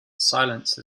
silence